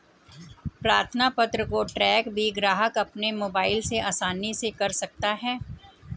प्रार्थना पत्र को ट्रैक भी ग्राहक अपने मोबाइल से आसानी से कर सकता है